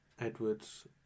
Edwards